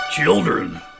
Children